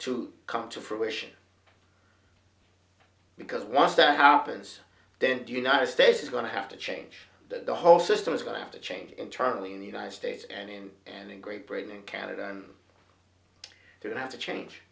to come to fruition because once that happens then to united states is going to have to change the whole system is going to have to change internally in the united states and in and in great britain and canada they don't have to change